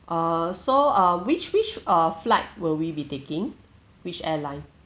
err so um which which uh flight will we be taking which airline